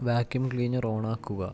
vacuum cleaner ഓണാക്കുക